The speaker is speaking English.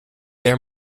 their